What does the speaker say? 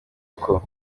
uko